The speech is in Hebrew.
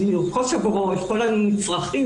לרכוש עבורו את כל ה"מצרכים":